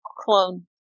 Clone